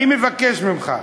אני מבקש ממך.